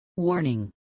Warning